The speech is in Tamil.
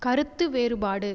கருத்து வேறுபாடு